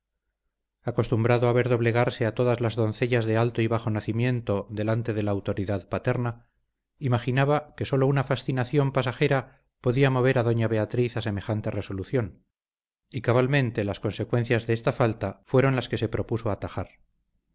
acostumbrado a ver doblegarse a todas las doncellas de alto y bajo nacimiento delante de la autoridad paterna imaginaba que sólo una fascinación pasajera podía mover a doña beatriz a semejante resolución y cabalmente las consecuencias de esta falta fueron las que se propuso atajar